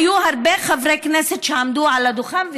היו הרבה חברי כנסת שעמדו על הדוכן,